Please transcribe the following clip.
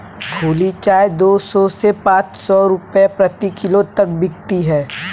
खुली चाय दो सौ से पांच सौ रूपये प्रति किलो तक बिकती है